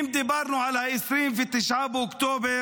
אם דיברנו על 29 באוקטובר,